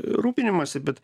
rūpinimosi bet